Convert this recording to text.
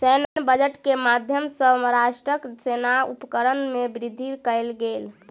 सैन्य बजट के माध्यम सॅ राष्ट्रक सेनाक उपकरण में वृद्धि कयल गेल